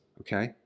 okay